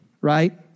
Right